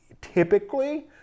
typically